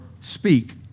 speak